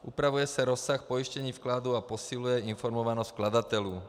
Upravuje se rozsah pojištění vkladů a posiluje informovanost vkladatelů.